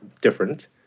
different